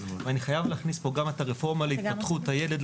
ואני חייב להכניס פה גם את הרפורמה להתפתחות הילד,